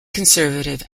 conservative